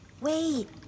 Wait